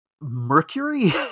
mercury